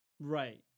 Right